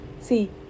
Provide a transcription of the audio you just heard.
See